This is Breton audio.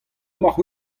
emaocʼh